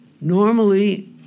normally